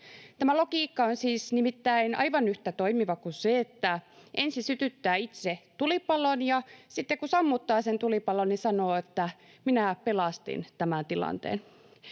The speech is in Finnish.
Tämä logiikka on siis nimittäin aivan yhtä toimiva kuin se, että ensin sytyttää itse tulipalon ja sitten kun sammuttaa sen tulipalon, sanoo, että ”minä pelastin tämän tilanteen”.